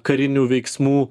karinių veiksmų